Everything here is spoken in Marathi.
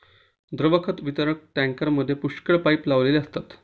द्रव खत वितरक टँकरमध्ये पुष्कळ पाइप लावलेले असतात